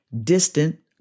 distant